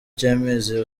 cy’amezi